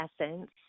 essence